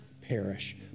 perish